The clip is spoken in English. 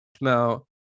Now